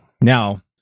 Now